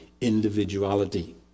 individuality